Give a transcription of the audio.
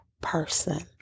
person